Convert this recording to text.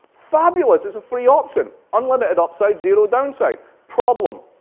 fabulous. it's a free option. unlimited upside, zero downside. problem.